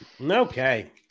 okay